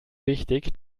wichtig